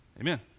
amen